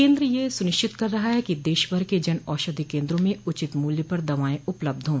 केन्द्र यह सुनिश्चित कर रहा है कि देशभर के जनऔषधि केन्द्रों में उचित मूल्य पर दवाएं उपलब्ध हों